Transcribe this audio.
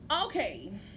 Okay